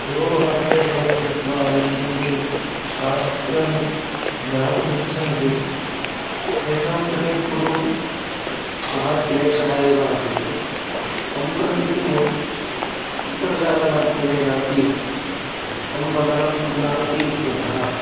गुरोः अन्वेषणं कृत्वा यत्किमपि शास्त्रं ज्ञातुम् इच्छन्ति तेषां कृते पूर्वं महान् क्लेशः एव आसीत् सम्प्रति तु अन्तर्जालमाध्यमेनापि संवहनं सम्भवति इत्यतः